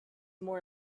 more